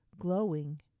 glowing